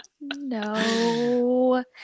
No